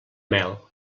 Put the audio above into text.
mel